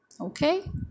Okay